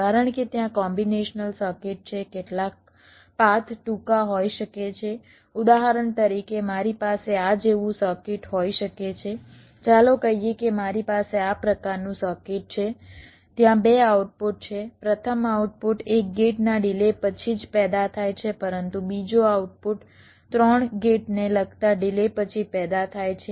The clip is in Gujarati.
કારણ કે ત્યાં કોમ્બિનેશનલ સર્કિટ છે કેટલાક પાથ ટૂંકા હોઈ શકે છે ઉદાહરણ તરીકે મારી પાસે આ જેવું સર્કિટ હોઈ શકે છે ચાલો કહીએ કે મારી પાસે આ પ્રકારનું સર્કિટ છે ત્યાં 2 આઉટપુટ છે પ્રથમ આઉટપુટ એક ગેટના ડિલે પછી જ પેદા થાય છે પરંતુ બીજો આઉટપુટ 3 ગેટને લગતા ડિલે પછી પેદા થાય છે